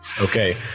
Okay